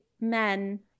men